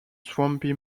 swampy